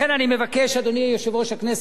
אדוני יושב-ראש הכנסת,